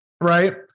Right